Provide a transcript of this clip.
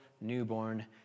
newborn